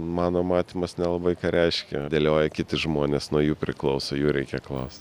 mano matymas nelabai ką reiškia dėlioja kiti žmonės nuo jų priklauso jų reikia klaus